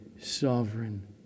sovereign